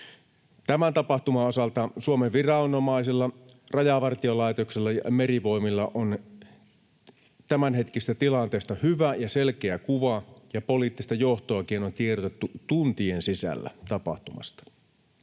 Tämän tapahtuman osalta Suomen viranomaisilla, Rajavartiolaitoksella ja Merivoimilla on tämänhetkisistä tilanteista hyvä ja selkeä kuva, ja poliittista johtoakin on tiedotettu tuntien sisällä tapahtumasta.